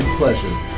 pleasure